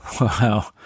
wow